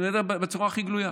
אני מדבר בצורה הכי גלויה: